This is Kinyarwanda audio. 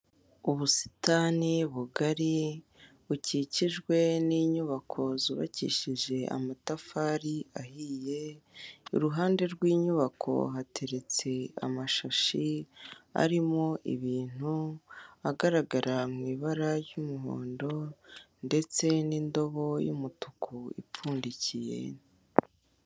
Ubusitani bugari, bukikijwe n'inyubako zubakishije amatafari ahiye, iruhande rw'inyubako hateretse amashashi arimo ibintu, agaragara mu ibara ry'umuhondo ndetse n'indobo y'umutuku ipfundikiye.